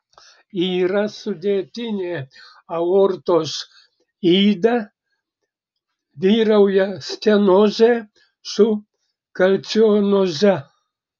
yra sudėtinė aortos yda vyrauja stenozė su kalcinoze